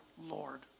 Lord